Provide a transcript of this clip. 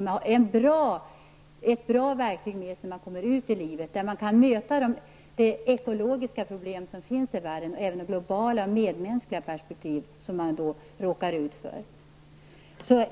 Man skall ha ett bra verktyg med sig när man kommer ut i livet, där man kan möta de ekologiska problem som finns i världen och det globala medmänskliga perspektiv som man då råkar ut för.